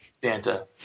Santa